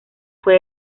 fue